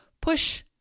push